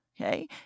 Okay